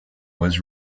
was